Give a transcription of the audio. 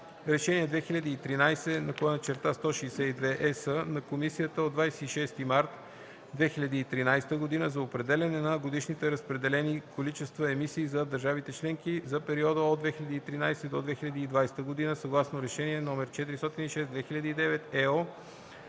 Решение 2013/162/ЕС на Комисията от 26 март 2013 г. за определяне на годишните разпределени количества емисии за държавите членки за периода от 2013 до 2020 г. съгласно Решение № 406/2009/ЕО